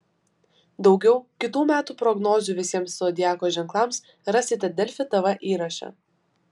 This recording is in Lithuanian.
daugiau kitų metų prognozių visiems zodiako ženklams rasite delfi tv įraše